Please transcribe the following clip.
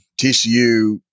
TCU –